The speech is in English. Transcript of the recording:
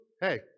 hey